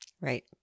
Right